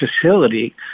facility